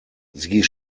sie